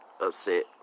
upset